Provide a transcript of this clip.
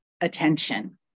Attention